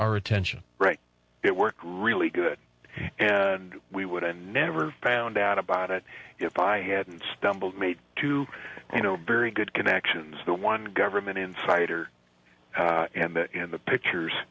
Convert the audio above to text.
our attention right it worked really good and we would have never found out about it if i hadn't stumbled made to you know very good connections the one government insider and in the pictures